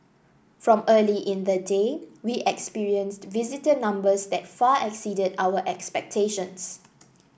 from early in the day we experienced visitor numbers that far exceeded our expectations